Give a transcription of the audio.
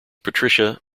patricia